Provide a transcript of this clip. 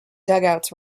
dugouts